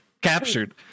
captured